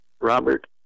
Robert